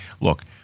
look